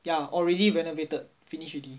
ya already renovated finish already